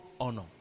honor